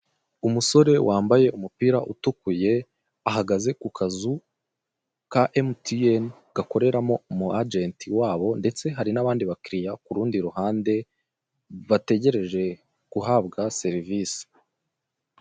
Umusore wambaye umupira utukuye ahagaze ku kazu ka MTN gakoreramo umu agent wabo ndetse hari n'abandi bakiriya kurundi ruhande bategereje guhabwa serivise.